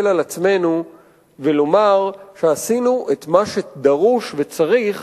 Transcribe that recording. על עצמנו ולומר שעשינו את מה שדרוש וצריך